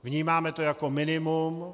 Vnímáme to jako minimum.